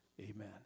amen